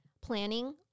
planning